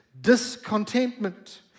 discontentment